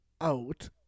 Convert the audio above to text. out